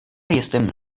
jestem